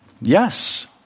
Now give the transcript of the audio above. yes